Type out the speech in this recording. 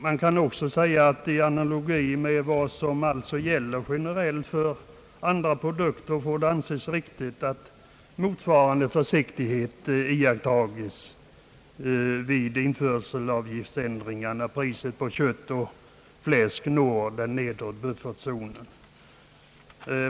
Man kan också säga, att i analogi med vad som gäller generellt för andra produkter får det anses riktigt att motsvarande försiktighet iakttages vid in förselavgiftsändringar när priset på kött och fläsk når den nedre buffertzonen.